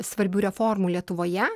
svarbių reformų lietuvoje